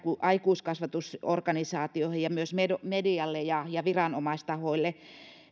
aikuiskasvatusorganisaatioille ja myös medialle ja ja viranomaistahoille